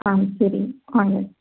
ஆ சரிங்க வாங்க